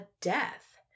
death